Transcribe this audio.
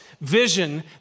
vision